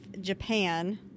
Japan